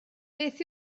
beth